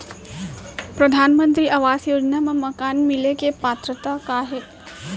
परधानमंतरी आवास योजना मा मकान मिले के पात्रता का हे?